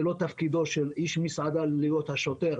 זה לא תפקידו של איש מסעדה להיות השוטר.